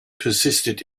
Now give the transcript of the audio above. persisted